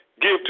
give